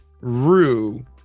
Rue